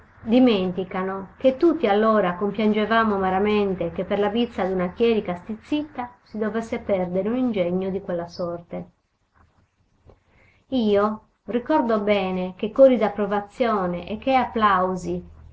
dimenticano che tutti allora compiangevamo amaramente che per la bizza d'una chierica stizzita si dovesse perdere un ingegno di quella sorte io ricordo bene che cori d'approvazione e che applausi